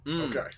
Okay